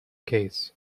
case